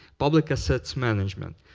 public assets management.